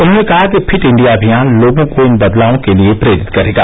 उन्होंने कहा कि फिट इंडिया अमियान लोगों को इन बदलावों के लिए प्रेरित करेगा